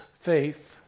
faith